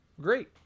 great